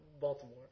Baltimore